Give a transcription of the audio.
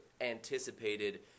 anticipated